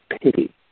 pity